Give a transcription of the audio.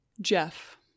Jeff